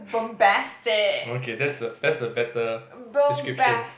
okay that's a that's a better description